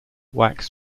wax